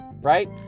right